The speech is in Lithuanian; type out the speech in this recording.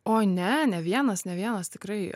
o ne vienas ne vienas tikrai